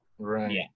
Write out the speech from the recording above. right